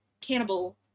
cannibal